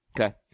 Okay